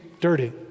dirty